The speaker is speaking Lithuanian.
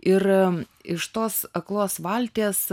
ir iš tos aklos valties